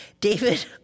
David